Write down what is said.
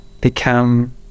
become